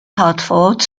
hartford